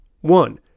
one